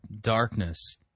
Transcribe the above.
darkness